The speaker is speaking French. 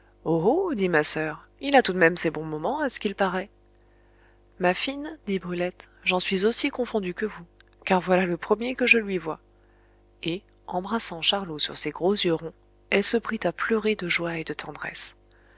dit ma soeur il a tout de même ses bons moments à ce qu'il paraît ma fine dit brulette j'en suis aussi confondue que vous car voilà le premier que je lui vois et embrassant charlot sur ses gros yeux ronds elle se prit à pleurer de joie et de tendresse